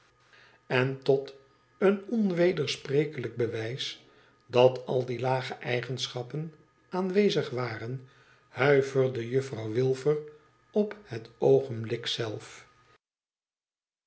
en tot een onwedersprekelijk bewijs dat al die lage eigenschappen aanwezig waren huiverde juffrouw wilfer op het oogenblik zelf